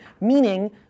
Meaning